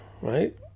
right